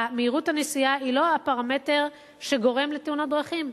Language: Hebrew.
מהירות הנסיעה היא לא הפרמטר שגורם לתאונות דרכים,